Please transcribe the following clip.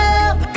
up